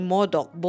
Modok